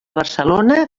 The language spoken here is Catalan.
barcelona